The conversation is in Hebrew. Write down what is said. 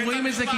די, נו, באמת.